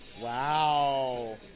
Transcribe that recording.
wow